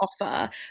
offer